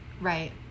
Right